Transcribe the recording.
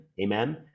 amen